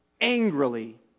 angrily